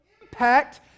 impact